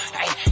hey